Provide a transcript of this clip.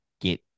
get